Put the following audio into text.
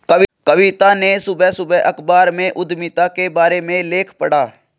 कविता ने सुबह सुबह अखबार में उधमिता के बारे में लेख पढ़ा